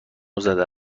زده